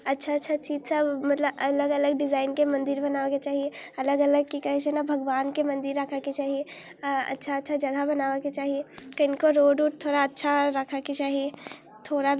अच्छा अच्छा चीजसब मतलब अलग अलग डिजाइनके मन्दिर बनाबैके चाही अलग अलग कि कहै छै ने भगवानके मन्दिर राखैके चाही अच्छा अच्छा जगह बनाबैके चाही कनिको रोड उड थोड़ा अच्छा राखैके चाही थोड़ा